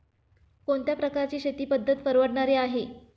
कोणत्या प्रकारची शेती पद्धत परवडणारी आहे?